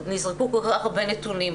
נזרקו כל כך הרבה נתונים,